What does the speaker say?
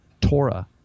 Torah